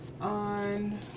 on